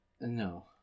No